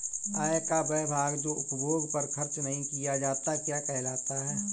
आय का वह भाग जो उपभोग पर खर्च नही किया जाता क्या कहलाता है?